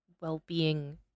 well-being